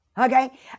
okay